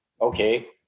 okay